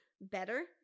Better